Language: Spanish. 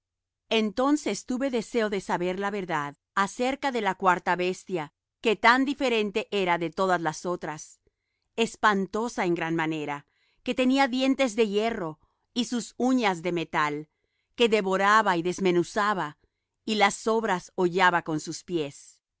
entonces tuve deseo de saber la verdad acerca de la cuarta bestia que tan diferente era de todas las otras espantosa en gran manera que tenía dientes de hierro y sus uñas de metal que devoraba y desmenuzaba y las sobras hollaba con sus pies